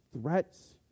threats